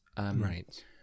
Right